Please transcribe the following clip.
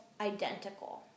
identical